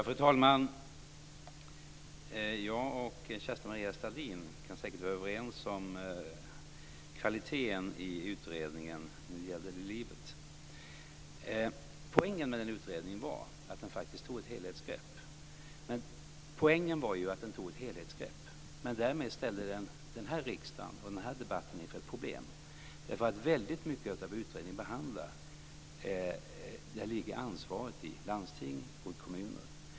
Fru talman! Jag och Kerstin-Maria Stalin kan säkert vara överens om kvaliteten i utredningen Det gäller livet. Poängen med utredningen var att den faktiskt tog ett helhetsgrepp. Men därmed ställer den den här riksdagen och den här debatten inför ett problem, eftersom ansvaret för väldigt mycket av det utredningen behandlar ligger hos landsting och kommuner.